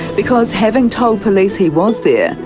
because having told police he was there,